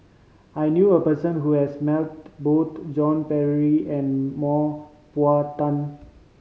I knew a person who has met both Joan Pereira and Mah Bow Tan